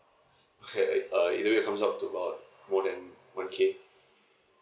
okay uh it maybe it comes out to about more than one K